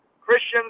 Christians